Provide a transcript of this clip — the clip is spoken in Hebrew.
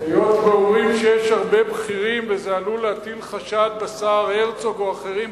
היות שאומרים שיש הרבה בכירים וזה עלול להטיל חשד בשר הרצוג או באחרים,